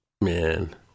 Man